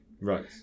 Right